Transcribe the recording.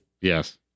Yes